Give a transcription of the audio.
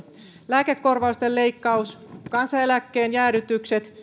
lääkekorvausten leikkaus kansaneläkkeen jäädytykset